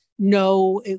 No